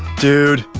dude,